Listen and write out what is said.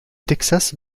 texas